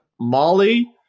Molly